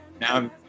now